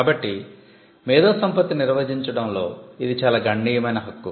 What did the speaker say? కాబట్టి మేధో సంపత్తిని నిర్వచించడంలో ఇది చాలా గణనీయమైన హక్కు